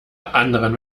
anderen